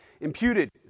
Imputed